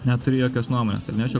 neturi jokios nuomonės ar ne šiuo